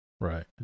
right